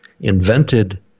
invented